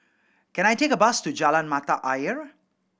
can I take a bus to Jalan Mata Ayer